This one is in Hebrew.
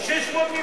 זה 600 מיליון,